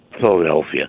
Philadelphia